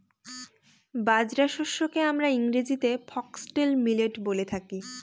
বাজরা শস্যকে আমরা ইংরেজিতে ফক্সটেল মিলেট বলে থাকি